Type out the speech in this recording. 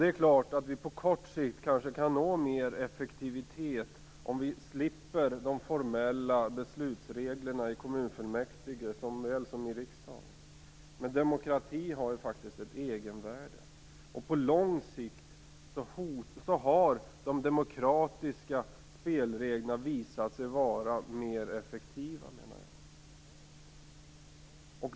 Vi kanske på kort sikt kan nå mer effektivitet om vi slipper de formella beslutsreglerna i kommunfullmäktige och i riksdagen. Men demokrati har faktiskt ett egenvärde. På lång sikt har de demokratiska spelreglerna visat sig vara mer effektiva.